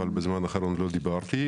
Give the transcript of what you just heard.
אבל בזמן האחרון לא דיברתי,